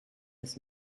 des